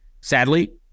Sadly